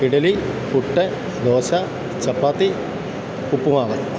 idli puttu dosa chapati ഉപ്പുമാവ്